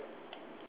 am I right